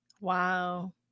Wow